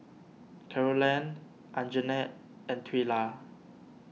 Carolann Anjanette and Twila